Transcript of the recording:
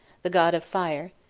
the god of fire